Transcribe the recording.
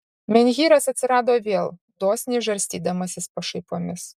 menhyras atsirado vėl dosniai žarstydamasis pašaipomis